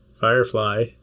Firefly